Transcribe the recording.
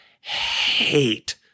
hate